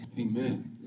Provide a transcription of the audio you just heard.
Amen